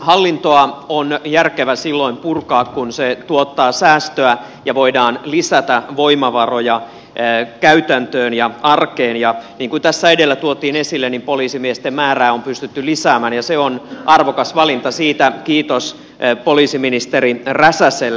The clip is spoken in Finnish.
hallintoa on järkevää silloin purkaa kun se tuottaa säästöä ja voidaan lisätä voimavaroja käytäntöön ja arkeen ja niin kuin tässä edellä tuotiin esille poliisimiesten määrää on pystytty lisäämään ja se on arvokas valinta siitä kiitos poliisiministeri räsäselle